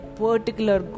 particular